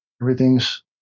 everything's